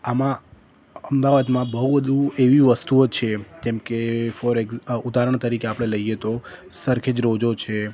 આમાં અમદાવાદમાં બહુ બધું એવી વસ્તુઓ છે જેમ કે ફોર એક્ઝ ઉદાહરણ તરીકે આપણે લઈએ તો સરખેજ રોઝો છે